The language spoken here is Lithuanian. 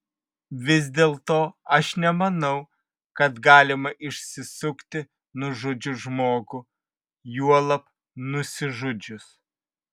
vis dėlto aš nemanau kad galima išsisukti nužudžius žmogų juolab nusižudžius